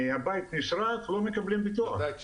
הבית נשרף ולא מקבלים ביטוח --- (היו"ר יצחק פינדרוס,